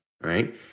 right